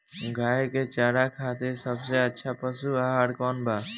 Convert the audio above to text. गाय के चारा खातिर सबसे अच्छा पशु आहार कौन बा?